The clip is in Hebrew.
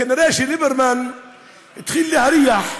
כנראה ליברמן התחיל להריח,